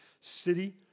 City